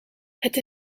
het